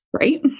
right